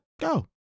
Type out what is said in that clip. go